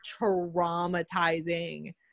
traumatizing